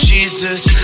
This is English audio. Jesus